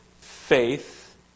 faith